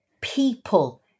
people